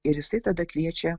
ir jisai tada kviečia